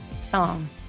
song